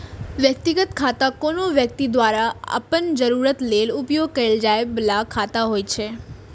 व्यक्तिगत खाता कोनो व्यक्ति द्वारा अपन जरूरत लेल उपयोग कैल जाइ बला खाता होइ छै